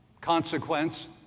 consequence